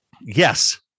Yes